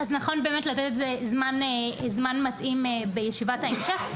שנכון לתת לזה זמן מתאים בישיבת ההמשך,